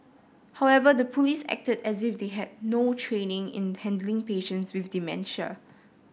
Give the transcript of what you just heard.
however the police acted as if they had no training in handling patients with dementia